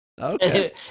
Okay